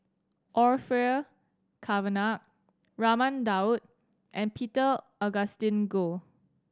Orfeur Cavenagh Raman Daud and Peter Augustine Goh